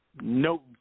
No